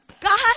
God